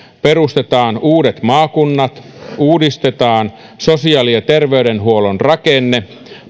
perustetaan uudet maakunnat uudistetaan sosiaali ja terveydenhuollon rakenne